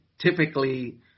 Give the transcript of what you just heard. typically